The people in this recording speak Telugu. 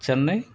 చెన్నై